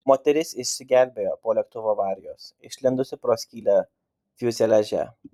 moteris išsigelbėjo po lėktuvo avarijos išlindusi pro skylę fiuzeliaže